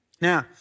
Now